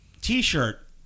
t-shirt